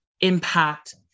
impact